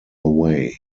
away